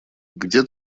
где